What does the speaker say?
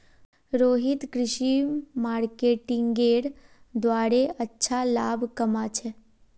रोहित कृषि मार्केटिंगेर द्वारे अच्छा लाभ कमा छेक